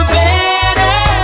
better